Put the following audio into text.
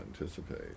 anticipate